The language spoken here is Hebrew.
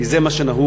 כי זה מה שנהוג,